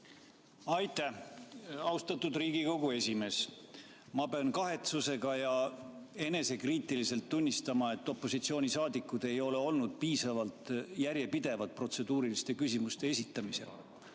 Aitäh! Austatud Riigikogu esimees! Ma pean kahetsusega ja enesekriitiliselt tunnistama, et opositsioonisaadikud ei ole olnud piisavalt järjepidevad protseduuriliste küsimuste esitamisel